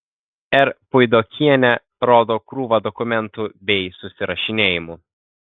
r puidokienė rodo krūvą dokumentų bei susirašinėjimų